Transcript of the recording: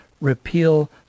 repeal